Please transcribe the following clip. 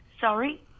Sorry